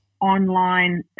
online